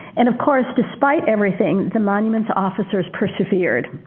and, of course, despite everything, the monuments officers persevered.